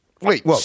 Wait